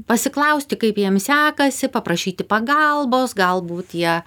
pasiklausti kaip jiem sekasi paprašyti pagalbos galbūt jie